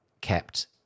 kept